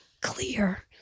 clear